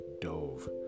dove